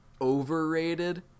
overrated